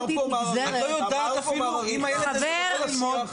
את לא יודעת אפילו אם הילד הזה רוצה ללמוד.